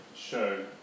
show